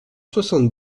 soixante